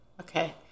Okay